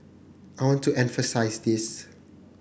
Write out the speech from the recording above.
I want to emphasise this